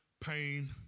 pain